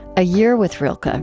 a year with rilke, um